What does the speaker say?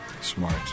Smart